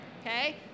Okay